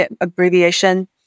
abbreviation